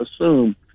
assume